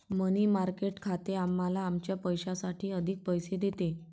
मनी market खाते आम्हाला आमच्या पैशासाठी अधिक पैसे देते